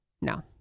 no